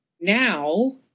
Now